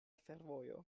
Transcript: fervojo